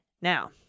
Now